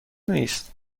نیست